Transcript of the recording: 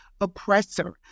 oppressor